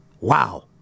Wow